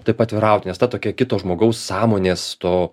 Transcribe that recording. taip atviraut nes ta tokia kito žmogaus sąmonės to